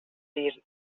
dir